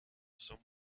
some